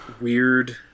weird